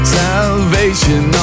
salvation